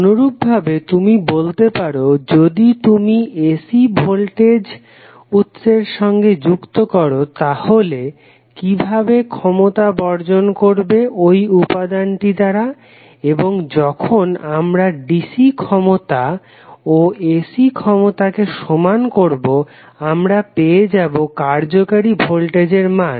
অনুরূপভাবে তুমি বলতে পারো যদি তুমি AC ভোল্টেজ উৎসের সঙ্গে যুক্ত করো তাহলে কিভাবে ক্ষমতা বর্জন করবে ওই উপাদানটি দ্বারা এবং যখন আমরা DC ক্ষমতা ও AC ক্ষমতাকে সমান করবো আমরা পেয়ে যাবো কার্যকারী ভোল্টেজের মান